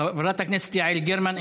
חברת הכנסת יעל גרמן,